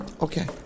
Okay